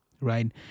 right